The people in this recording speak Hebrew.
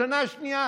בשנה השנייה